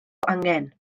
angen